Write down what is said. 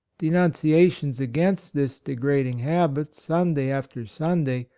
denunciations against this degra ding habit, sunday after sunday,